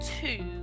two